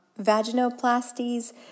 vaginoplasties